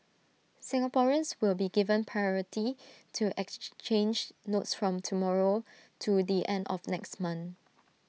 Singaporeans will be given priority to exchange notes from tomorrow to the end of next month